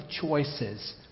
choices